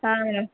ಹಾಂ ಮೇಡಮ್